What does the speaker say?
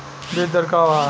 बीज दर का वा?